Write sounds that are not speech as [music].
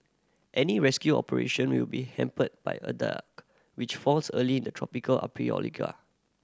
any rescue operation will be hampered by a dark which falls early in the tropical [unintelligible]